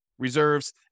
reserves